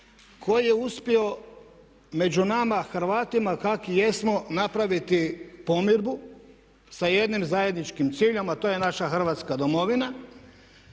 koji je uspio među nama Hrvatima kakvi jesmo napraviti pomirbu sa jednim zajedničkim ciljem, a to je naša Hrvatska domovina,